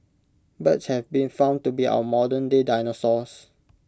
birds have been found to be our modernday dinosaurs